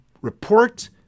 report